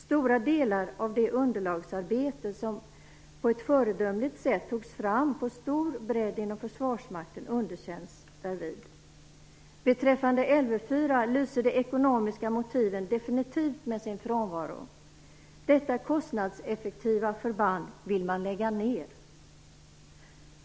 Stora delar av det underlagsarbete som på ett föredömligt sätt på stor bredd togs fram inom Försvarsmakten underkänns. Beträffande Lv 4 lyser de ekonomiska motiven definitivt med sin frånvaro. Detta kostnadseffektiva förband vill man lägga ned.